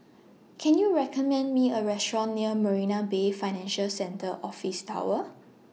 Can YOU recommend Me A Restaurant near Marina Bay Financial Centre Office Tower